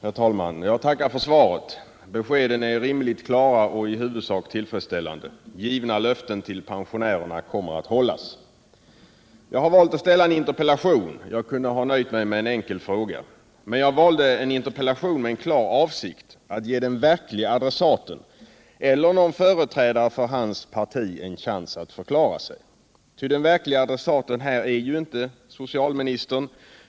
Herr talman! Jag tackar för svaret. Beskeden är rimligt klara och i huvudsak tillfredsställande. Givna löften till pensionärerna kommer att hållas. Jag har valt att ställa en interpellation men kunde ha nöjt mig med en enkel fråga. Interpellationen valde jag med en klar avsikt — att ge den verkliga adressaten, eller någon företrädare för hans parti, en chans att förklara sig, ty den verkliga adressaten här är ju inte socialministern.